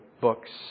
books